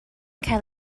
cael